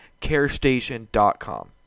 carestation.com